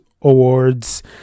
awards